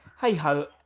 hey-ho